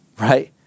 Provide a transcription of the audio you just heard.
right